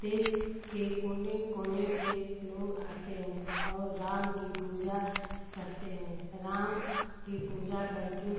देश के कोने कोने से लोग आते हैं और राम की पूजा करते हैं राम की पूजा करके